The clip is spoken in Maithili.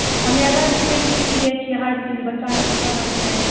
हमे अलग डिजाइनके सियै छियै हर चीज बच्चाके अच्छा लगतै